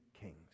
kings